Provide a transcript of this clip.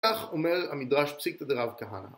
וכך אומר המדרש פסיקתא דרב כהנא